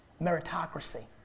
Meritocracy